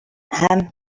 him